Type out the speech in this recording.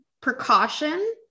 precaution